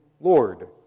Lord